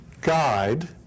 guide